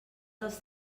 dels